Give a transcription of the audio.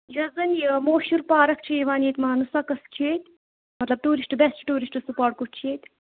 یۄس زَن یہِ مٔہشوٗر پارَک چھ یِوان ییٚتہِ ماننہٕ سۄ کۄس چھِ ییٚتہِ مطلب ٹوٗرِسٹ بیسٹ ٹوٗرِسٹ سپاٹ کُس چھِ ییٚتہِ